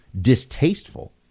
distasteful